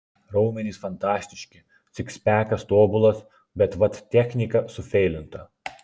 raumenys fantastiški sikspekas tobulas bet vat technika sufeilinta